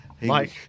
Mike